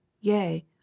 yea